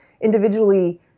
individually